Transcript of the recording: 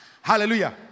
Hallelujah